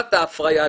לטובת ההפריה ההדדית.